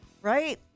Right